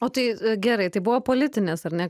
o tai gerai tai buvo politinės ar ne